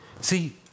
See